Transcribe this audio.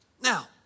Now